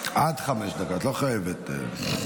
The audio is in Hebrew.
את לא חייבת.